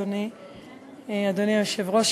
אדוני היושב-ראש,